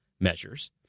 measures